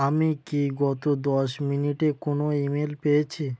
আমি কি গত দশ মিনিটে কোনো ইমেল পেয়েছি